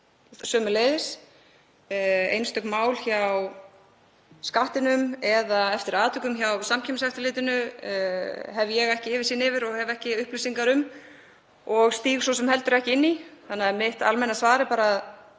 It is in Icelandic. sömuleiðis. Einstök mál hjá Skattinum eða eftir atvikum hjá Samkeppniseftirlitinu hef ég ekki yfirsýn yfir og hef ekki upplýsingar um og stíg svo sem heldur ekki inn í. Þannig að mitt almenna svar er að